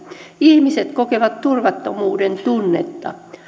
ihmiset kokevat turvattomuudentunnetta